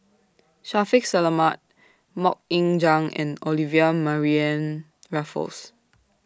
Shaffiq Selamat Mok Ying Jang and Olivia Mariamne Raffles